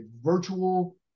virtual